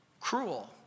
cruel